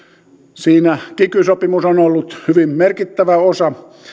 siinä kiky sopimus on ollut hyvin merkittävä osa